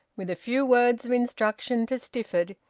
with a few words of instruction to stifford,